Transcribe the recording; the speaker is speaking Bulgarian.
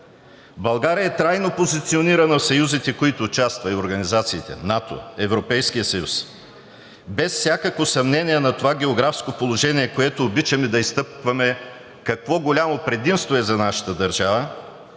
България е трайно позиционирана в съюзите и организациите, в които участва – НАТО, Европейски съюз. Без всякакво съмнение на това географско положение, което обичаме да изтъкваме какво голямо предимство е за нашата държава,